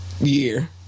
year